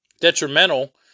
detrimental